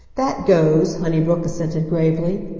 that goes, honeybrook assented gravely.